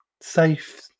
safe